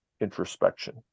introspection